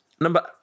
Number